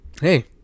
Hey